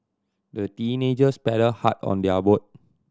the teenagers paddled hard on their boat